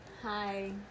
hi